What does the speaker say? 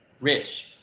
Rich